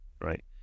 right